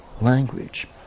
language